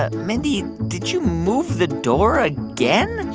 ah mindy, did you move the door again?